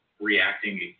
reacting